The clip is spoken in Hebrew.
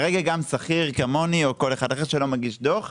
כרגע גם שכיר כמוני או כל אחד אחר שלא מגיש דוח,